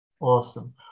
Awesome